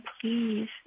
please